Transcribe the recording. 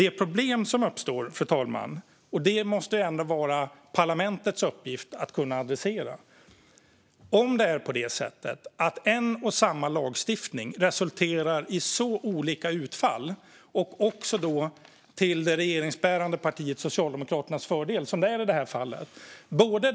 Det problem som uppstår - det måste ändå vara parlamentets uppgift att kunna adressera det - är om en och samma lagstiftning resulterar i så olika utfall och till det regeringsbärande partiets, Socialdemokraternas, fördel, som det är i det här fallet.